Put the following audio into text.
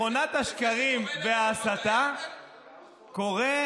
את מכונת השקרים וההסתה קורא,